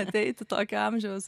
ateiti tokio amžiaus